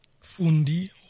fundi